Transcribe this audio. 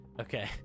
Okay